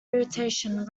irritation